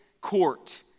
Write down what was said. court